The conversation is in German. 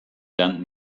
lernt